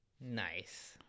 Nice